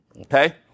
okay